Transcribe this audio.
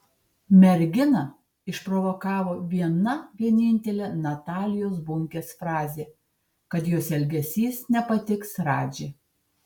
merginą išprovokavo viena vienintelė natalijos bunkės frazė kad jos elgesys nepatiks radži